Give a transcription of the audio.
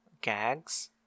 gags